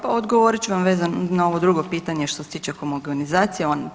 Pa odgovorit ću vam vezano na ovo drugo pitanje što se tiče homogenizacije.